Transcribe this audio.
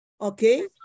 Okay